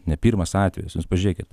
nepirmas atvejis jus pažiūrėkit